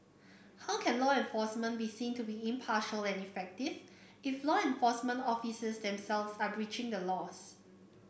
how can law enforcement be seen to be impartial and effective if law enforcement officers themselves are breaching the laws